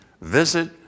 visit